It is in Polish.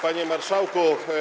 Panie Marszałku!